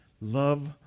love